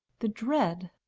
the dread?